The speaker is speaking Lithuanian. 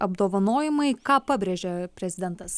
apdovanojimai ką pabrėžė prezidentas